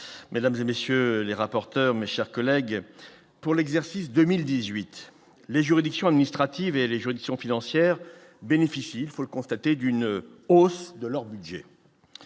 Mesdames et messieurs les rapporteurs mais chers collègues pour l'exercice 2018 les juridictions administratives et les juridictions financières bénéfice il faut le constater d'une hausse de leur budget,